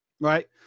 right